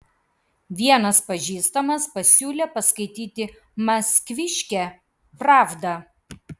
vienas pažįstamas pasiūlė paskaityti maskviškę pravdą